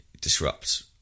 disrupt